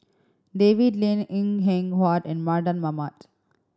David Lim Png Eng Huat and Mardan Mamat